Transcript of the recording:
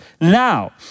now